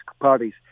parties